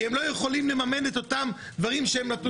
כי הם לא יכולים לממן את הדברים שנתנו